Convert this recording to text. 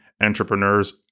entrepreneurs